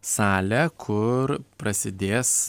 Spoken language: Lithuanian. salę kur prasidės